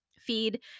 Feed